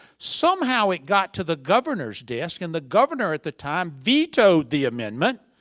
somehow it got to the governor's desk and the governor at the time vetoed the amendment,